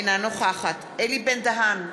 אינה נוכחת אלי בן-דהן,